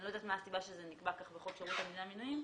אני לא יודעת מה הסיבה שזה נקבע כך בחוק שירות המדינה (מינויים),